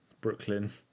Brooklyn